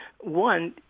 one